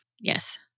Yes